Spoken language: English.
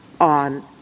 on